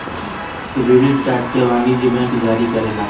credit card के वाणिजयक bank जारी करेला